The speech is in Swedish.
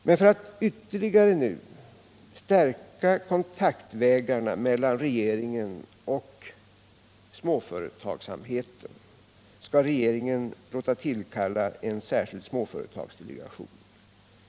Men för att nu ytterligare förstärka kontaktvägarna mellan regeringen och småföretagsamheten skall regeringen låta tillkalla en särskild småföretagsdelegation.